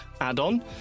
add-on